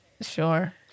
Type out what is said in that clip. Sure